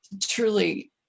truly